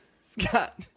Scott